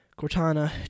Cortana